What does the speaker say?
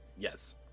Yes